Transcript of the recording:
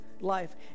life